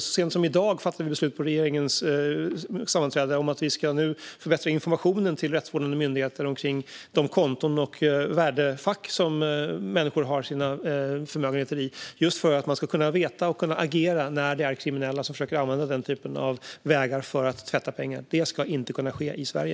Så sent som i dag fattade vi beslut på regeringens sammanträde om att vi nu ska förbättra informationen till rättsvårdande myndigheter om de konton och värdefack där människor har sina förmögenheter för att dessa myndigheter ska veta och kunna agera när det är kriminella som försöker använda de vägarna för att tvätta pengar. Det ska inte kunna ske i Sverige.